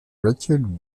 richard